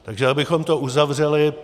Takže abychom to uzavřeli.